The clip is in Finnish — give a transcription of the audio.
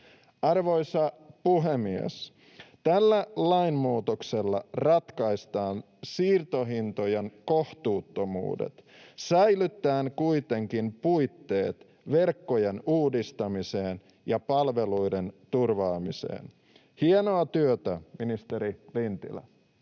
Arvoisa puhemies! Tällä lainmuutoksella ratkaistaan siirtohintojen kohtuuttomuudet säilyttäen kuitenkin puitteet verkkojen uudistamiseen ja palveluiden turvaamiseen. Hienoa työtä, ministeri Lintilä!